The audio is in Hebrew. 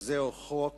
שזהו חוק